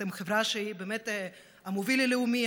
אתם חברה שהיא באמת המוביל הלאומי,